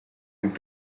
and